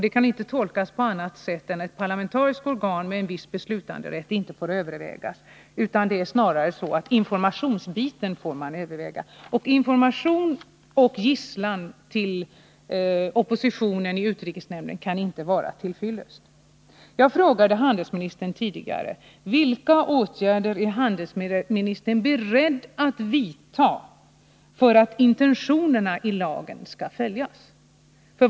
Det kan inte tolkas på annat sätt än att ett parlamentariskt organ med en viss beslutanderätt inte får övervägas — det är snarare så att information i form av samråd får man överväga. Information och därmed gisslan av oppositionen i utrikesnämnden kan inte vara till fyllest. Jag frågade handelsministern tidigare: Vilka åtgärder är handelsministern beredd att vidta för att intentionerna i lagen skall följas?